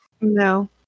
No